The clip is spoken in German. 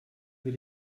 will